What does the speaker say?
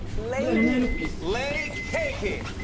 lady. lay cakey.